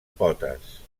potes